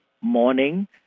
morning